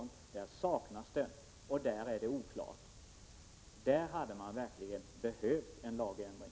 Det är alltså oklart hur man skall gå till väga. I detta avseende hade det verkligen behövts en lagändring.